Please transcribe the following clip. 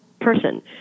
person